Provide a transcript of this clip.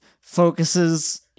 focuses